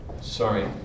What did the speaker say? Sorry